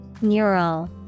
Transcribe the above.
Neural